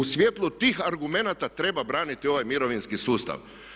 U svjetlu tih argumenata treba braniti ovaj mirovinski sustav.